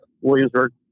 Williamsburg